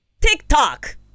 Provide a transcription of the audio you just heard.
TikTok